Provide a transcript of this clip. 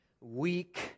weak